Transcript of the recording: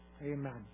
Amen